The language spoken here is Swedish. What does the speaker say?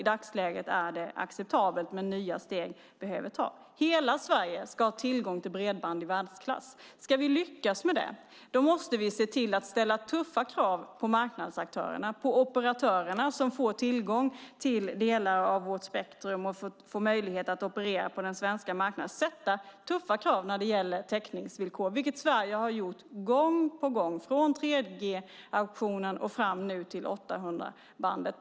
I dagsläget är det acceptabelt, men nya steg behöver tas. Hela Sverige ska ha tillgång till bredband i världsklass. Ska vi lyckas med det måste vi se till att ställa tuffa krav på marknadsaktörerna och på operatörerna som får tillgång till delar av vårt spektrum och får möjlighet att operera på den svenska marknaden. Vi ska ställa tuffa krav när det gäller täckningsvillkor, vilket Sverige har gjort gång på gång från 3G-auktionen och fram till 800-megahertzbandet.